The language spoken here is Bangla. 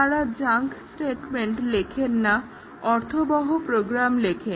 তারা জাঙ্ক স্টেটমেন্ট লেখেন না অর্থবহ প্রোগ্রাম লেখেন